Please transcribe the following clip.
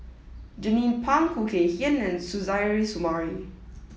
Jernnine Pang Khoo Kay Hian and Suzairhe Sumari